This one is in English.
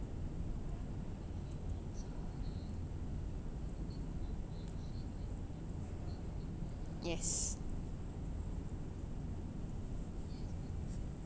yes